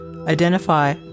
Identify